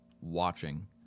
watching